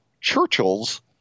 Churchill's